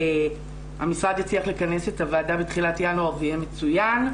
אומר והמשרד יצליח לכנס את הוועדה בתחילת ינואר זה מצוין.